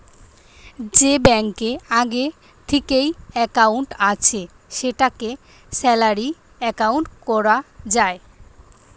যে ব্যাংকে আগে থিকেই একাউন্ট আছে সেটাকে স্যালারি একাউন্ট কোরা যায়